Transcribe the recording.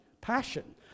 passion